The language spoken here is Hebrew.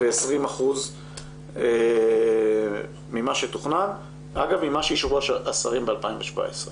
ב-20% ממה שתוכנן, אגב, ממה שאישרו השרים ב-2017.